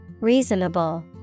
Reasonable